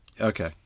Okay